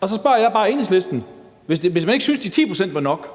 og så spørger jeg bare Enhedslisten: Hvis man ikke synes, de 10 pct. er nok,